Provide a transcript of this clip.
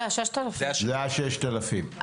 זה ה-6,000 שקלים.